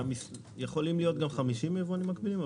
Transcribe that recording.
ויכולים להיות גם 50 יבואנים מקבילים,